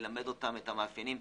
ללמד אותם את המאפיינים.